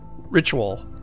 ritual